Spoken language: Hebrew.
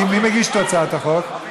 מי מגיש את הצעת החוק?